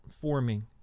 forming